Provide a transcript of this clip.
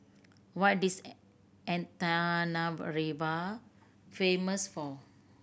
what is Antananarivo famous for